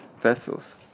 vessels